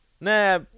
Nah